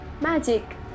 Magic